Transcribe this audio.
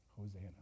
Hosanna